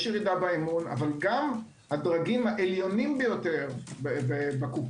יש ירידה באמון אבל גם הדרגים העליונים ביותר בקופות,